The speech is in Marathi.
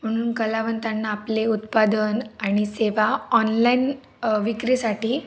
म्हणून कलावंतांना आपले उत्पादन आणि सेवा ऑनलाइन विक्रीसाठी